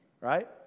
right